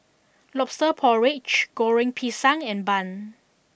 Lobster Porridge Goreng Pisang and Bun